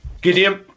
Gideon